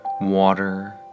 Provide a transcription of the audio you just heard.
water